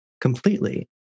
completely